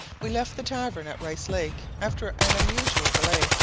we left the tavern at rice lake, after an unusual delay,